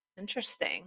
Interesting